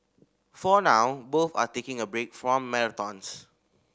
for now both are taking a break from marathons